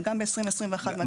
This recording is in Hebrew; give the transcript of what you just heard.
אבל, גם ב-2021 מדדנו את זה.